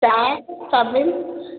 ଚାହା